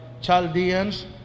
Chaldeans